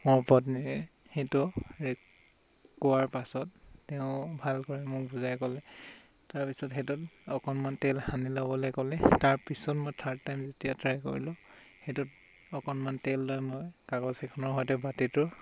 মোৰ পত্নীয়ে সেইটো কোৱাৰ পাছত তেওঁ ভালদৰে মই বুজাই ক'লে তাৰপিছত সেইটোত অকণমান তেল সনি ল'বলৈ ক'লে তাৰ পিছত মই থাৰ্ড টাইম যেতিয়া ট্ৰাই কৰিলোঁ সেইটোত অকণমান তেল লৈ মই কাগজ এখনৰ সৈতে বাতিটো